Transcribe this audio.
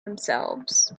themselves